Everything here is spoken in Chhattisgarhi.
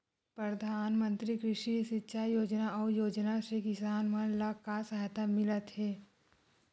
प्रधान मंतरी कृषि सिंचाई योजना अउ योजना से किसान मन ला का सहायता मिलत हे?